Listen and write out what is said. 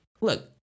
look